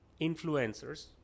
influencers